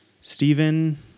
Stephen